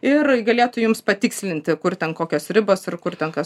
ir galėtų jums patikslinti kur ten kokios ribos ir kur ten kas